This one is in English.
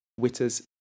witters